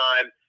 time